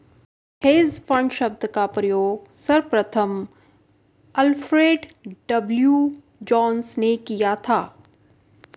hedge fund शब्द का प्रयोग सर्वप्रथम अल्फ्रेड डब्ल्यू जोंस ने किया था